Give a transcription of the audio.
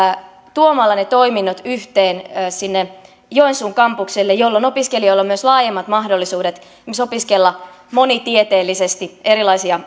tuomalla ne toiminnot yhteen joensuun kampukselle jolloin opiskelijoilla on myös laajemmat mahdollisuudet esimerkiksi opiskella monitieteellisesti erilaisia